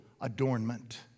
adornment